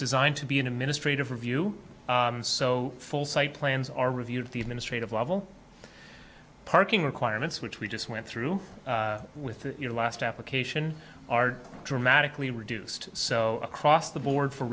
designed to be in a ministry to review so full site plans are reviewed at the administrative level parking requirements which we just went through with your last application are dramatically reduced so across the board for